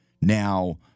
now